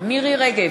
מירי רגב,